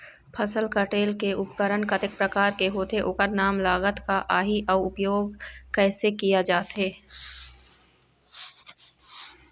फसल कटेल के उपकरण कतेक प्रकार के होथे ओकर नाम लागत का आही अउ उपयोग कैसे किया जाथे?